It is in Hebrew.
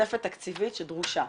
תוספת תקציבית שדרושה.